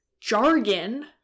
Jargon